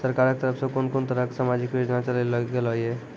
सरकारक तरफ सॅ कून कून तरहक समाजिक योजना चलेली गेलै ये?